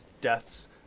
deaths